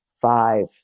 five